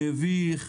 מביך,